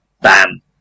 Bam